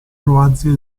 croazia